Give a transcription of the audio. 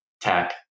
tech